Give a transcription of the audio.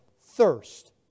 thirst